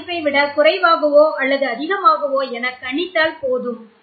மற்ற மதிப்பைவிட குறைவாகவோ அல்லது அதிகமாகவோ இருக்கும் என கணித்தால் போதும்